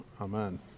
amen